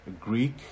greek